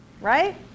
Right